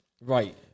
Right